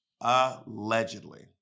allegedly